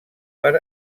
per